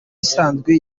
isanzwe